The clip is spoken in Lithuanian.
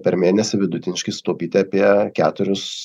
per mėnesį vidutiniškai sutaupyti apie keturis